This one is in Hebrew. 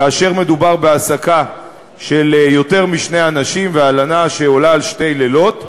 כאשר מדובר בהעסקה של יותר משני אנשים והלנה שעולה על שני לילות,